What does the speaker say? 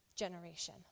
generation